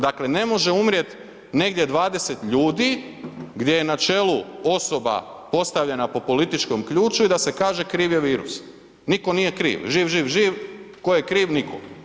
Dakle, ne može umrijeti negdje 20 ljudi gdje je na čelu osoba postavljena po političkom ključu i da se kaže kriv je virus, nitko nije kriv, živ, živ, živ, tko je kriv nitko.